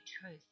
truth